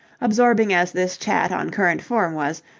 absorbing as this chat on current form was,